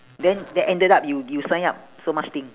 then then ended up you you sign up so much thing